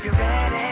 bad